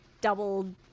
double